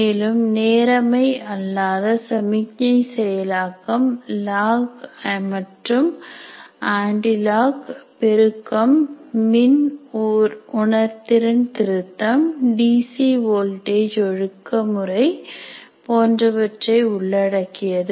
மேலும் நேரமை அல்லாத சமிக்ஞை செயலாக்கம் லாக் ஆன்ட்டி லாக் பெருக்கம் மின் உணர்திறன் திருத்தம் டி சி வோல்டேஜ் ஒழுக்க முறை போன்றவற்றை உள்ளடக்கியது